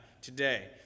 today